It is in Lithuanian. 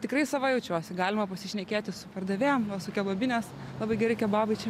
tikrai sava jaučiuosi galima pasišnekėti su pardavėjom su kebabinės labai geri kebabai čia